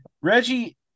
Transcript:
Reggie